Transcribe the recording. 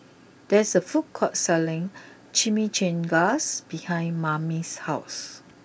there is a food court selling Chimichangas behind Mame's house